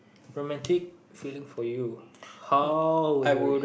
romantic feeling for you how you react